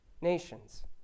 nations